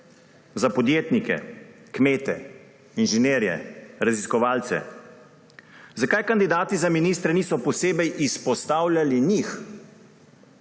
za podjetnike, kmete, inženirje, raziskovalce. Zakaj kandidati za ministre niso posebej izpostavljali njih,